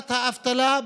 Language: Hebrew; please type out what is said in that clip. רמת האבטלה,